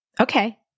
Okay